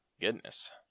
Goodness